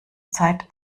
zeit